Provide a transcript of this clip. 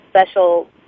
special